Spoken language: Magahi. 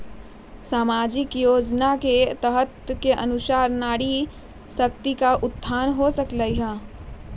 सामाजिक योजना के तहत के अनुशार नारी शकति का उत्थान हो सकील?